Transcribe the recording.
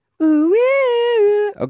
Okay